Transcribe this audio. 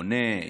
עונה,